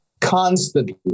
constantly